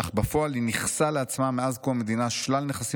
אך בפועל היא ניכסה לעצמה מאז קום המדינה שלל נכסים